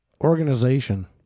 organization